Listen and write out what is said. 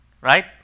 right